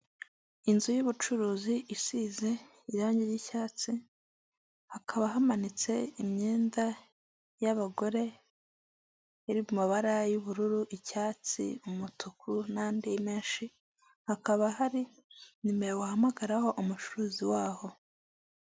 Inzu y'ubucuruzi isize irangi ry'icyatsi, hakaba hamanitse imyenda y'abagore iri mu mabara y'ubururu, icyatsi, umutuku n'andi menshi, hakaba hari numero wahamagaraho umucuruzi waho.